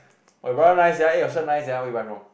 my brother nice sia eh your shirt nice sia where you buy from